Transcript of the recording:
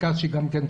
שי גליק,